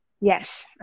yes